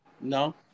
No